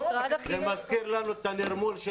גם המורים זקוקים לזה.